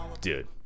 Dude